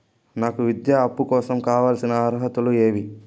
నాకు విద్యా అప్పు కోసం కావాల్సిన అర్హతలు ఏమి?